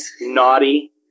naughty